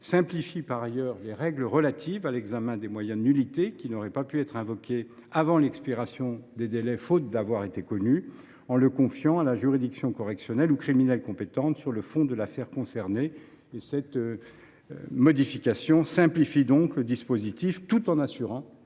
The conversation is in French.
simplifier les règles relatives à l’examen des moyens de nullité qui n’auraient pas pu être invoqués avant l’expiration des délais faute d’avoir été connus, en le confiant à la juridiction correctionnelle ou criminelle compétente sur le fond de l’affaire concernée. Cette modification simplifie le dispositif tout en assurant